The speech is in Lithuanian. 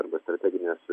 arba strateginės